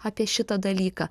apie šitą dalyką